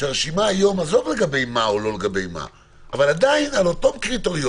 שהרשימה של היום עזוב לגבי מה על אותם קריטריונים,